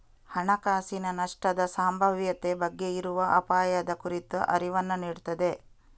ಹಣಕಾಸಿನ ನಷ್ಟದ ಸಂಭಾವ್ಯತೆ ಬಗ್ಗೆ ಇರುವ ಅಪಾಯದ ಕುರಿತ ಅರಿವನ್ನ ನೀಡ್ತದೆ